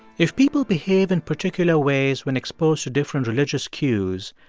if people behave in particular ways when exposed to different religious cues,